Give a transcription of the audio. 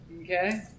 Okay